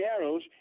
arrows